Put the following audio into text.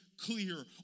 clear